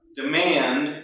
demand